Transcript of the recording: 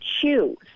choose